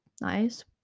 nice